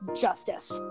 justice